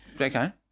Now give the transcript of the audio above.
Okay